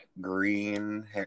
green